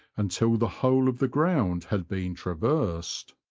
until the whole of the ground had been traversed.